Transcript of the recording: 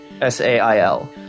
S-A-I-L